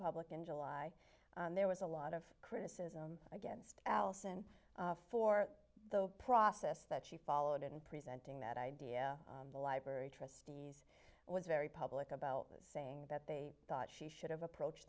public in july there was a lot of criticism against alison for the process that she followed and presenting that idea the library trustee was very public about saying that they thought she should have approach